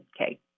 Okay